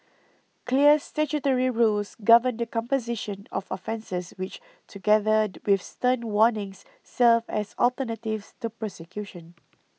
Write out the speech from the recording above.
clear statutory rules govern the composition of offences which together with stern warnings serve as alternatives to prosecution